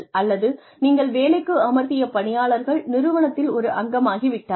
அல்லது நீங்கள் வேலைக்கு அமர்த்திய பணியாளர்கள் நிறுவனத்தில் ஒரு அங்கமாகி விட்டார்கள்